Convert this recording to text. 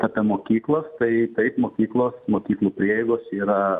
apie mokyklos tai taip mokyklos mokyklų prieigos yra